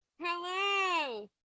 Hello